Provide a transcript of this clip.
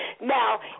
Now